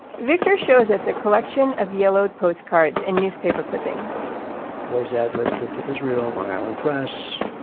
victor shows us a collection of yellowed postcards and newspaper clippings boy's ad lib trip to israel long island press.